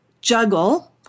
juggle